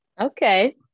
Okay